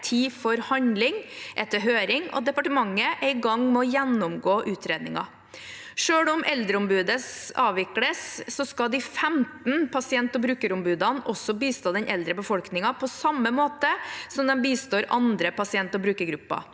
2023:4, Tid for handling, er til høring, og departementet er i gang med å gjennomgå utredningen. Selv om eldreombudet avvikles, skal de 15 pasientog brukerombudene bistå den eldre befolkningen på samme måte som de bistår andre pasient- og brukergrupper.